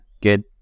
Good